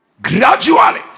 Gradually